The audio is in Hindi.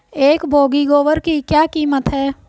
एक बोगी गोबर की क्या कीमत है?